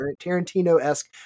tarantino-esque